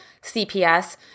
CPS